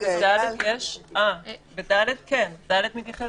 (ד) מתייחס